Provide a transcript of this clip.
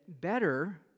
better